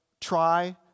try